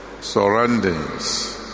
surroundings